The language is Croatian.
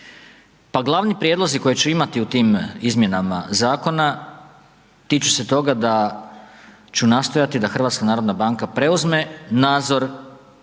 Pa glavni prijedlozi koje ću imati u tim izmjenama zakona tiču se toga da ću nastojati da HNB preuzme nadzor